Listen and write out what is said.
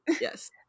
Yes